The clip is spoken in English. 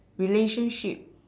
relationship